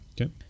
Okay